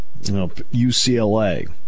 UCLA